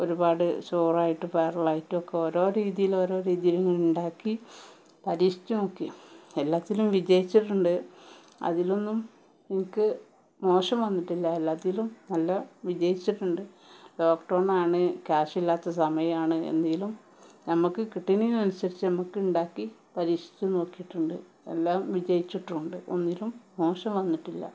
ഒരുപാട് ചോറായിട്ടും പയറലായിട്ടൊക്കെ ഓരോ രീതിയിൽ ഓരോ രീതിയിൽ ഉണ്ടാക്കി പരീക്ഷിച്ചു നോക്കി എല്ലാത്തിലും വിജയിച്ചിട്ടുണ്ട് അതിലൊന്നും എനിക്ക് മോശം വന്നിട്ടില്ല എല്ലാത്തിലും നല്ല വിജയിച്ചിട്ടുണ്ട് ലോക്ക്ഡൗൺ ആണ് ക്യാഷില്ലാത്ത സമയമാണ് എന്നാലും നമുക്ക് കിട്ടുന്നതിന് അനുസരിച്ച് നമുക്ക് ഉണ്ടാക്കി പരീക്ഷിച്ച് നോക്കിയിട്ടുണ്ട് എല്ലാം വിജയിച്ചിട്ടുണ്ട് ഒന്നിലും മോശം വന്നിട്ടില്ല